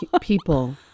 people